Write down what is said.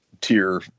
tier